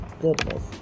goodness